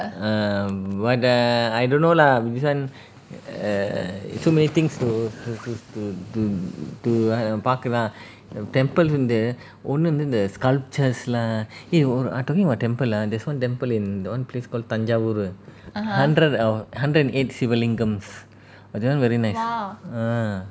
err what ah I don't know lah this one err too many things to to to to to to err பார்க்கதா:paarkatha temple வந்து ஒண்ணு வந்து:vanthu onnu vanthu sculptures lah லாம்:laam ah talking about temple ah there's one temple in one place called Thanjavur hundred all hundred and eight Siva lingam lingam that one very nice ah